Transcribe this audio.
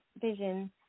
vision